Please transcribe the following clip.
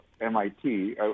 MIT